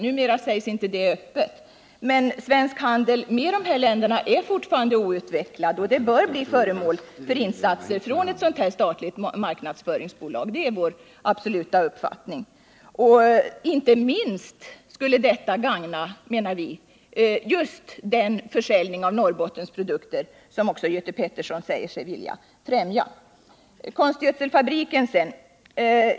Numera visas inte det öppet, men svensk handel med de länderna är fortfarande outvecklad och bör bli föremål för insatser från ett statligt marknadsföringsbolag. Det är vår absoluta uppfattning. Inte minst skulle detta gagna, menar vi, just den försäljning av Norrbottensprodukter som Göte Pettersson säger sig vilja främja. Så konstgödselfabriken!